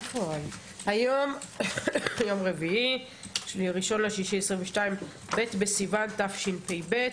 היום יום רביעי 1 ביוני 2022, ב' בסיוון התשפ"ב.